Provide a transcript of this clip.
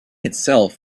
itself